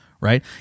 right